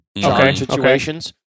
situations